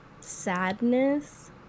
sadness